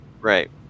Right